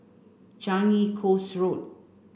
Changi Coast Road